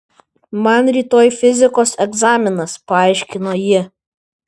man rytoj fizikos egzaminas paaiškino ji